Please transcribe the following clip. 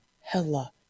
hella